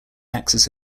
axis